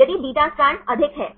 यदि आपके पास 3 निर्देशांक 3 परमाणु हैं